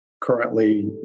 Currently